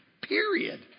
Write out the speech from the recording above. Period